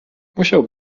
musiał